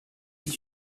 est